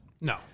No